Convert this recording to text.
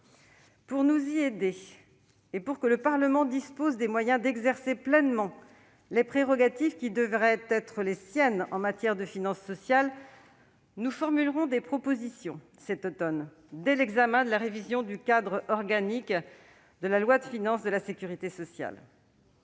Pour nous y aider, et afin que le Parlement dispose des moyens d'exercer pleinement les prérogatives qui devraient être les siennes en matière de finances sociales, nous formulerons des propositions cet automne, dès l'examen de la révision du cadre organique des lois de financement de la sécurité sociale.